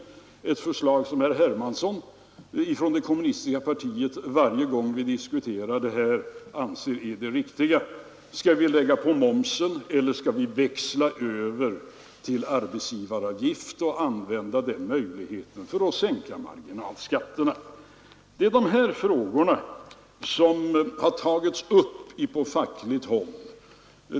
Det senare är ju ett förslag som herr Hermansson från vänsterpartiet kommunisterna anser vara det riktiga varje gång vi diskuterar den här frågan. Skall vi höja momsen? Eller skall vi växla över genom en ytterligare höjning av arbetsgivaravgiften, och således använda den möjligheten för att sänka marginalskatten på vanliga inkomster? Det är de här frågorna som har tagits upp på fackligt håll.